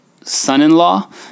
son-in-law